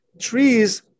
trees